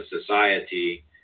society